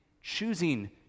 choosing